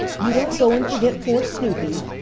you don't go and forget poor snoopy!